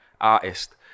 artist